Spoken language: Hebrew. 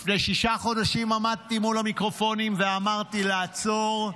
לפני שישה חודשים עמדתי מול המיקרופונים ואמרתי לעצור,